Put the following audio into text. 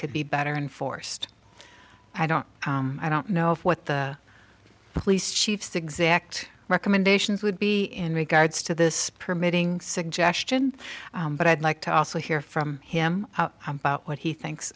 could be better and forced i don't i don't know if what the police chief's exact recommendations would be in regards to this permitting suggestion but i'd like to also hear from him about what he thinks